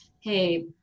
hey